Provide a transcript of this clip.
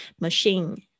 Machine